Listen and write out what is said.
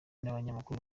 n’abanyamakuru